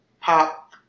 pop